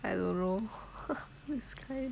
I don't know this kind